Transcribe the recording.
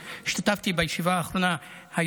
השתתפתי בישיבה האחרונה,